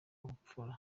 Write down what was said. ubupfura